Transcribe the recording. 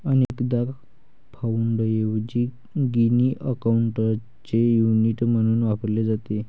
अनेकदा पाउंडऐवजी गिनी अकाउंटचे युनिट म्हणून वापरले जाते